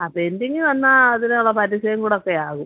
ആ പെൻ്റിങ്ങ് വന്നാൽ അതിനുള്ള പലിശയും കൂടെയൊക്കെ ആകും